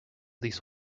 least